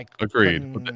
Agreed